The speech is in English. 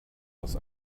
was